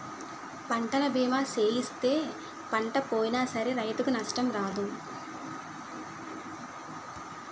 పంటల బీమా సేయిస్తే పంట పోయినా సరే రైతుకు నష్టం రాదు